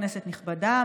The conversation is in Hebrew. כנסת נכבדה,